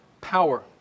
power